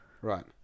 right